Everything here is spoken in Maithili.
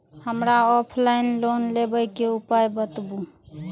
हमरा ऑफलाइन लोन लेबे के उपाय बतबु?